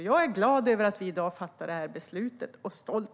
Jag är glad och stolt över att vi i dag fattar detta beslut.